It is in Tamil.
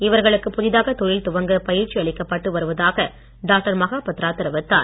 இவர்களுக்கு புதிதாக தொழில் துவங்க பயிற்சி அளிக்கப்பட்டு வருவதாக டாக்டர் மஹாபத்திரா தெரிவித்தார்